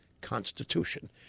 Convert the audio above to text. Constitution